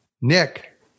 Nick